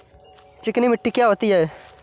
चिकनी मिट्टी क्या होती है?